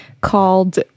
called